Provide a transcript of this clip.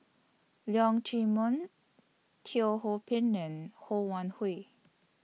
Leong Chee Mun Teo Ho Pin and Ho Wan Hui